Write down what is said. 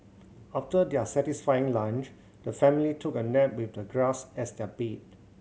after their satisfying lunch the family took a nap with the grass as their bed